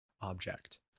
object